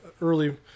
early